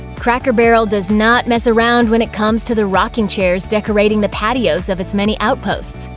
cracker barrel does not mess around when it comes to the rocking chairs decorating the patios of its many outposts.